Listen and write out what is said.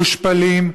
מושפלים,